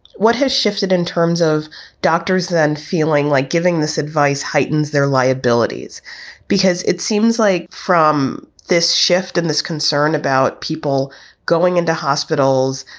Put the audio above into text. what has shifted in terms of doctors then feeling like giving this advice heightens their liabilities because it seems like from this shift in this concern about people going into hospitals,